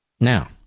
now